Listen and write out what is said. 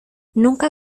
nunca